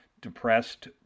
depressed